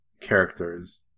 characters